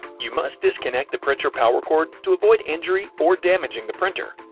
you must disconnect the printer power cord to avoid injury or damaging the printer.